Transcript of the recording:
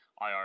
IR